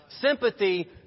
Sympathy